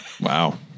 Wow